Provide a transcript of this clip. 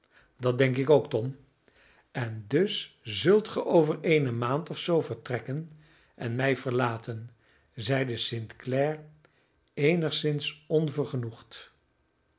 dat denk ik ook tom en dus zult ge over eene maand of zoo vertrekken en mij verlaten zeide st clare eenigszins